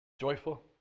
Joyful